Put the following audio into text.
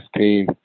team